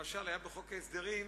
שלמשל היה בחוק ההסדרים,